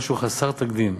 משהו חסר תקדים.